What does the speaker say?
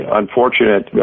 unfortunate